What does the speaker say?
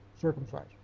circumcised